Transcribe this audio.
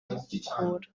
mukura